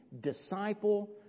disciple